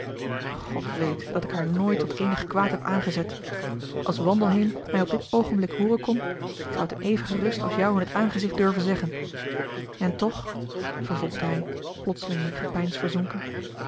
god weet dat ik haar nooit tot eenig kwaad heb aangezet als wandelheem mij op dit oogenblik hooren kon ik zou t hem even gerust als jou in het aangezicht durven zeggen en toch vervolgde hij plotseling in gepeins verzonken